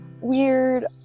weird